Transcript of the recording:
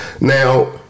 Now